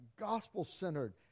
gospel-centered